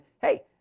hey